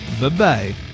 Bye-bye